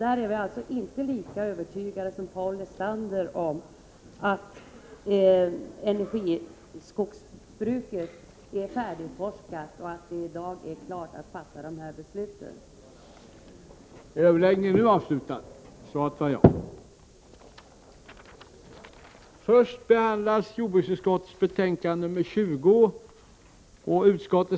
Där är vi inte lika övertygade som Paul Lestander om att man forskat färdigt om energiskogen och att det i dag är klart för att fatta beslut i frågan.